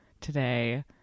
today